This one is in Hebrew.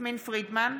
יסמין פרידמן,